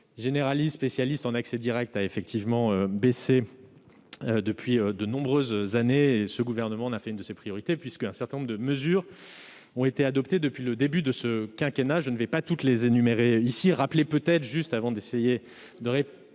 généralistes et spécialistes en accès direct a effectivement baissé depuis de nombreuses années. Ce gouvernement en a fait l'une de ses priorités : un certain nombre de mesures ont été adoptées depuis le début de ce quinquennat- je ne vais pas toutes les énumérer ici. Ce n'est pas la question ! Je